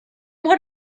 what